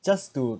just to